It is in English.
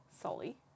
Sully